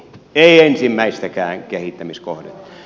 ei ensimmäistäkään kehittämiskohdetta